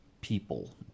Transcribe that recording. people